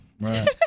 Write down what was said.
Right